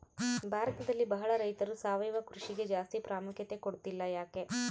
ಭಾರತದಲ್ಲಿ ಬಹಳ ರೈತರು ಸಾವಯವ ಕೃಷಿಗೆ ಜಾಸ್ತಿ ಪ್ರಾಮುಖ್ಯತೆ ಕೊಡ್ತಿಲ್ಲ ಯಾಕೆ?